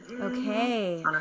Okay